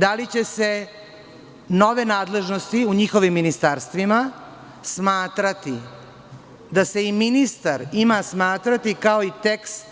Da li će se nove nadležnosti u njihovim ministarstvima smatrati da se i ministar ima smatrati, kao i tekst